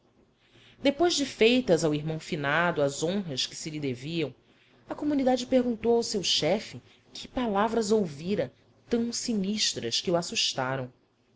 depois de feitas ao irmão finado as honras que se lhe deviam a comunidade perguntou ao seu chefe que palavras ouvira tão sinistras que o assustaram